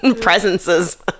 presences